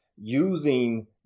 using